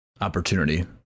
opportunity